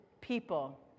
people